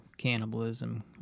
cannibalism